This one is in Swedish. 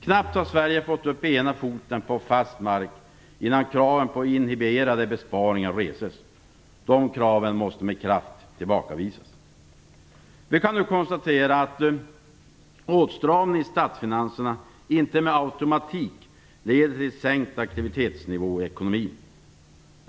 Knappt har Sverige fått upp ena foten på fast mark förrän kraven på inhiberade besparingar reses. Dessa krav måste med kraft tillbakavisas. Vi kan nu konstatera att åtstramningen i statsfinanserna inte med automatik leder till sänkt aktivitetsnivå i ekonomin.